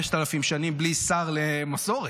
5,000 שנים בלי שר למסורת?